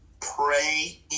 Pray